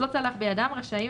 לא צלח בידם, רשאים